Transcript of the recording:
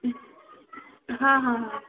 हाँ हाँ हाँ